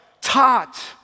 Taught